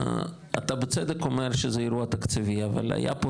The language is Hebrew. אתה בצדק אומר שזה אירוע תקציבי אבל היה פה